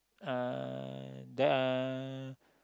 uh there are